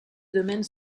domaines